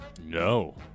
No